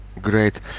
great